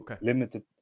limited